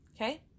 Okay